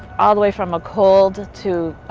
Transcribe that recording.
all the way from a cold to